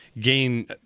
gain